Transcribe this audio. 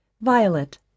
Violet